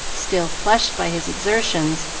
still flushed by his exertions,